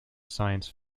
science